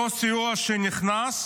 אותו סיוע שנכנס,